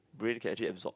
brain can actually absorb